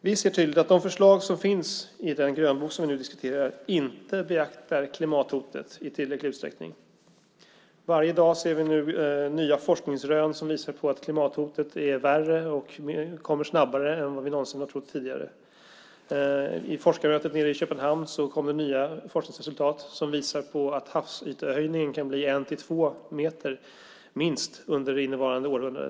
Vi ser tydligt att förslagen i den grönbok som vi nu diskuterar är sådana att klimathotet inte beaktas i tillräcklig utsträckning. Varje dag ser vi nya forskningsrön som visar på att klimathotet är värre och att försämringen kommer snabbare än vi någonsin trott. På forskarmötet nere i Köpenhamn kom det nya forskningsresultat som visar att havsytehöjningen kan bli minst en-två meter under innevarande århundrade.